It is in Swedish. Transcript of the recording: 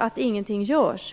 att ingenting görs.